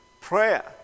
Prayer